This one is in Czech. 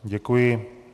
Děkuji.